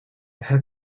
has